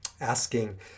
asking